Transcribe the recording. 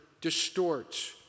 distorts